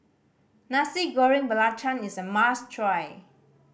Nasi Goreng Belacan is a must try